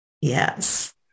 Yes